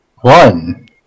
One